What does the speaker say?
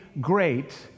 great